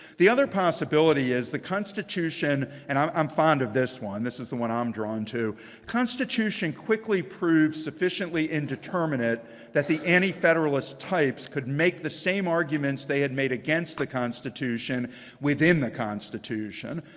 the other possibility is the constitution, and i'm i'm fond of this one, this is the one i'm drawn to, the constitution quickly proves sufficiently indeterminate that the antifederalist types could make the same arguments they had made against the constitution within the constitution.